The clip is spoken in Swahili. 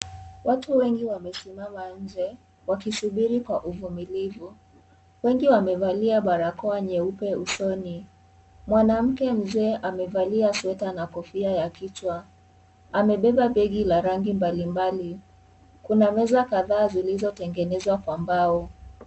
Watu wengi wamesimama nje wakisubiri kwa uvumilivu wengi barakoa nyeupe usoni . Mwanamke Mzee amevalia sweta na Kofia ya kichwa . Amebeba begi la rangi mbalimbali . Kuna meza kadhaa zilizotengenezwa kwa mbao.